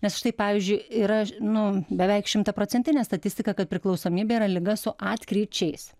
nes štai pavyzdžiui yra nu beveik šimtaprocentinė statistika kad priklausomybė yra liga su atkryčiais